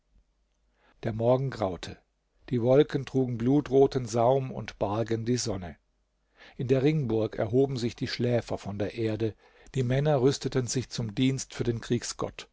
der morgen graute die wolken trugen blutroten saum und bargen die sonne in der ringburg erhoben sich die schläfer von der erde die männer rüsteten sich zum dienst für den